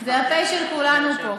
זה הפ' של כולנו פה.